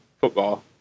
football